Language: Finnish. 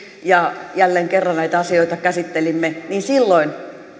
ja jälleen kerran näitä asioita käsittelimme niin silloin